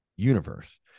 universe